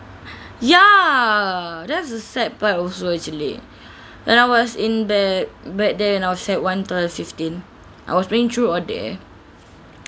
ya that's the sad part also actually when I was in back back then I was sec one two thousand fifteen I was playing truth or dare